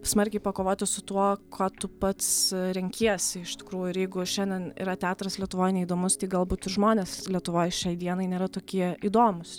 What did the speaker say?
smarkiai pakovoti su tuo ko tu pats renkiesi iš tikrųjų ir jeigu šiandien yra teatras lietuvoj neįdomus tai galbūt ir žmonės lietuvoj šiai dienai nėra tokie įdomūs